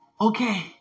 Okay